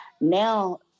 now